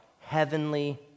heavenly